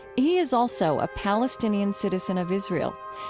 he is also a palestinian citizen of israel.